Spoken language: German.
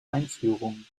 einführung